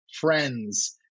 Friends